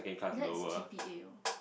that's G_P_A (or)